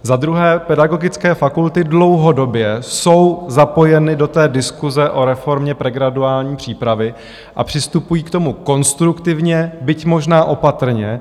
Za druhé, pedagogické fakulty dlouhodobě jsou zapojeny do diskuse o reformě pregraduální přípravy a přistupují k tomu konstruktivně, byť možná opatrně.